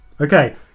Okay